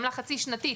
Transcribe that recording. עמלה חצי שנתית.